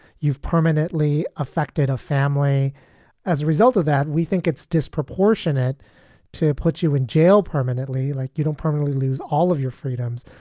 you've permanently affected a family as a result of that. we think it's disproportionate to put you in jail permanently. like, you don't permanently lose all of your freedoms,